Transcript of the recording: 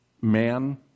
Man